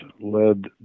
led